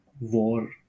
war